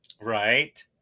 right